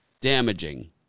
damaging